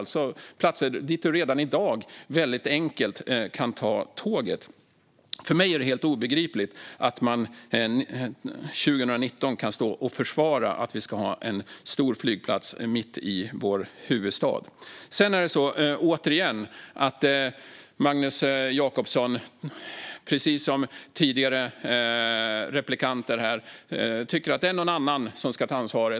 Det är platser dit man redan i dag väldigt enkelt kan ta tåget. För mig är det helt obegripligt att man i dag, 2019, står och försvarar en stor flygplats mitt i vår huvudstad. Dessutom tycker Magnus Jacobsson, precis som tidigare replikörer, att någon annan får ta ansvar.